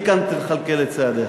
מכאן תכלכל את צעדיך.